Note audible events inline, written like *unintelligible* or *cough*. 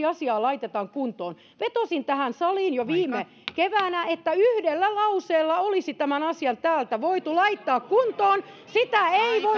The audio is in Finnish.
*unintelligible* asiaa laitetaan kuntoon vetosin tähän saliin jo viime keväänä että yhdellä lauseella olisi tämän asian voinut laittaa täältä kuntoon sitä ei voitu